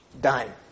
done